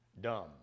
dumb